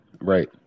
Right